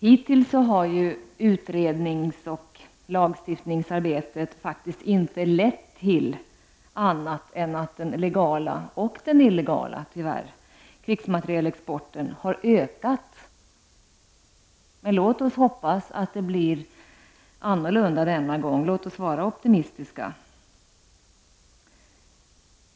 Hittills har utrednings och lagstiftningsarbetet inte lett till något annat än att den legala och tyvärr också illegala krigsmaterielexporten har ökat. Men låt oss hoppas att det blir annorlunda denna gång. Låt oss vara optimistiska.